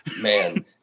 man